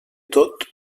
tot